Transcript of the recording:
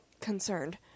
concerned